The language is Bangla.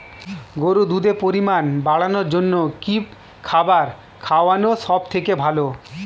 গরুর দুধের পরিমাণ বাড়ানোর জন্য কি খাবার খাওয়ানো সবথেকে ভালো?